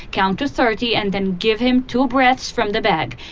count to thirty and then give him two breaths from the bag.